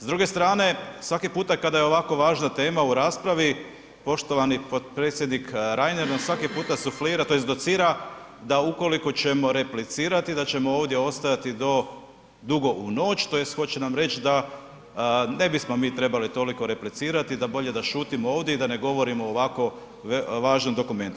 S druge strane svaki puta kada je ovako važna tema u raspravi poštovani potpredsjednik Reiner nam svaki puta suflira tj. docira da ukoliko ćemo replicirati da ćemo ovdje ostajati do dugo u noć tj. hoće nam reći da ne bismo mi trebali toliko replicirati da bolje da šutim ovdje i da ne govorimo ovako važnom dokumentu.